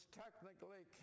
technically